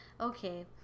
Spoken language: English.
okay